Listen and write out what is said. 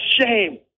shame